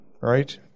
right